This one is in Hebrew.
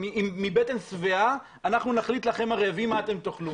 מבטן שבעה, אנחנו נחליט לכם הרעבים מה אתם תוכלו.